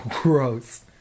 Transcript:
gross